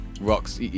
rocks